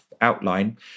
outline